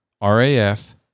r-a-f